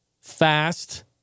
fast